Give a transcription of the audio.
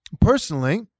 Personally